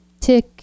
tick